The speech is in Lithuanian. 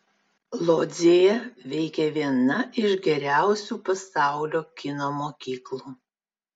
lodzėje veikia viena iš geriausių pasaulio kino mokyklų